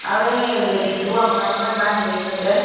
আৰু এই লেটিনটোও আপোনালোকৰ ইমান হেৰি হৈছে